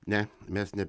ne mes ne